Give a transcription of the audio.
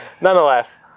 Nonetheless